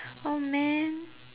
oh man